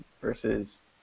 versus